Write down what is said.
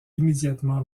immédiatement